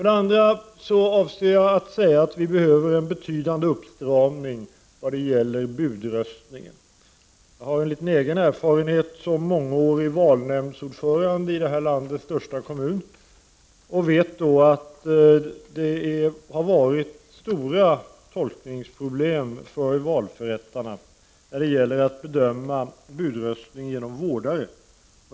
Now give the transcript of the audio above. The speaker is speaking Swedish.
Det andra är att vi behöver en betydande uppstramning vad gäller budröstning. Jag har egen mångårig erfarenhet som valnämndsordförande i landets största kommun och vet att det har varit stora tolkningsproblem för valförrättarna när det gäller att bedöma budröstning genom vårdare.